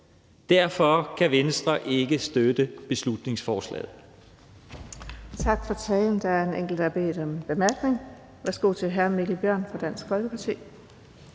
Derfor kan Venstre ikke støtte beslutningsforslaget.